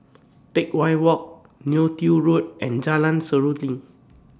Teck Whye Walk Neo Tiew Road and Jalan Seruling